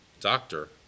Doctor